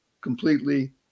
completely